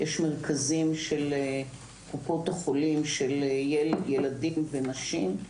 יש מרכזים של קופות החולים של ילדים ונשים.